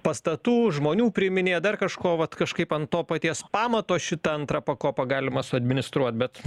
pastatų žmonių priiminėt dar kažko vat kažkaip ant to paties pamato šitą antrą pakopą galima suadministruot bet